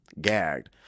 Gagged